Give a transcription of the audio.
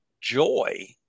joy